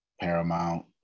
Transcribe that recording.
Paramount